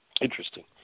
Interesting